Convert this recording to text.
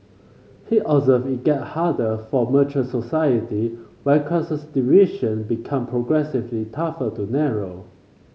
he observed it get harder for mature society where class division become progressively tougher to narrow